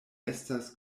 estas